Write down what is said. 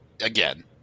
again